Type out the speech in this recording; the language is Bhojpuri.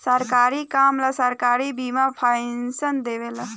सरकारी काम ला सरकारी विभाग पइसा देवे ला